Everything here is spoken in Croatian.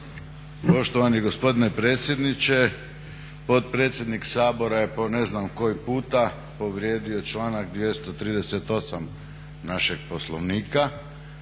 Poštovani gospodine predsjedniče, potpredsjednik Sabora je po ne znam koji puta povrijedio članak 238.našeg Poslovnika